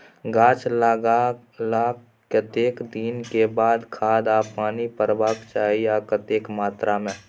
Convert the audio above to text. गाछ लागलाक कतेक दिन के बाद खाद आ पानी परबाक चाही आ कतेक मात्रा मे?